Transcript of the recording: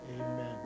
amen